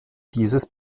dieses